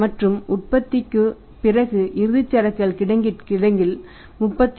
மற்றும் உற்பத்திக்கு பிறகு இறுதிச்சரக்குகள் கிடங்கில் 36